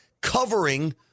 covering